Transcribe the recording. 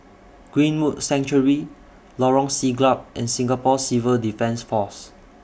Greenwood Sanctuary Lorong Siglap and Singapore Civil Defence Force